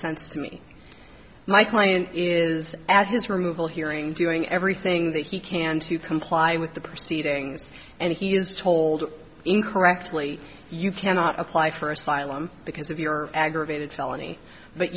sense to me my client is at his removal hearing doing everything that he can to comply with the proceedings and he is told incorrectly you cannot apply for asylum because of your aggravated felony but